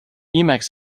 emacs